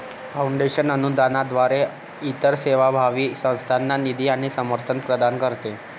foundation अनुदानाद्वारे इतर सेवाभावी संस्थांना निधी आणि समर्थन प्रदान करते